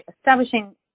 establishing